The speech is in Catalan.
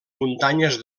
muntanyes